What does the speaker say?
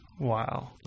Wow